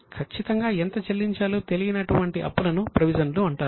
ఖచ్చితంగా ఎంత చెల్లించాలో తెలియనటువంటి అప్పులను ప్రొవిజన్ లు అంటారు